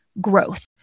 growth